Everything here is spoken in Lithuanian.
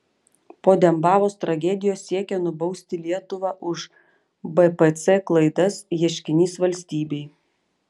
po dembavos tragedijos siekia nubausti lietuvą už bpc klaidas ieškinys valstybei